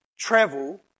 travel